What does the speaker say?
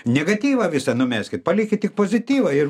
negatyvą visą numeskit palikit tik pozityvą ir